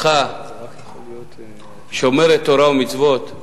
המשבר בשלטון